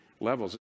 levels